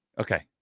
Okay